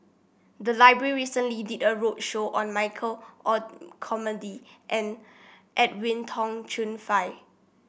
the library recently did a roadshow on Michael Olcomendy and Edwin Tong Chun Fai